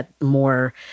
more